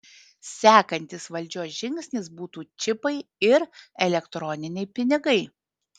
sekantis valdžios žingsnis būtų čipai ir elektroniniai pinigai